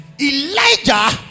Elijah